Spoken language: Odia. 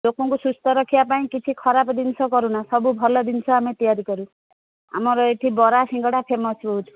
ଲୋକଙ୍କୁ ସୁସ୍ଥ ରଖିବା ପାଇଁ କିଛି ଖରାପ ଜିନିଷ କରୁନା ସବୁ ଭଲ ଜିନିଷ ଆମେ ତିଆରି କରୁ ଆମର ଏଠି ବରା ସିଙ୍ଗଡ଼ା ଫେମସ୍ ବହୁତ